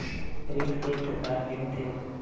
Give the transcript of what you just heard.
ऋण के प्रकार के होथे?